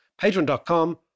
Patreon.com